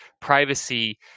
privacy